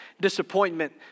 disappointment